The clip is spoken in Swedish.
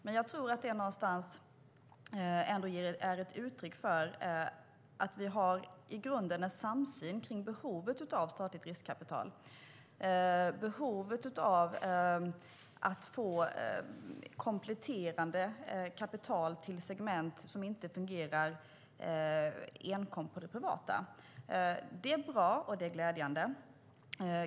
Men jag tror att det är ett uttryck för att vi i grunden har en samsyn kring behovet av statligt riskkapital och behovet av att få kompletterande kapital till segment som inte fungerar enkom i fråga om det privata. Det är bra, och det är glädjande.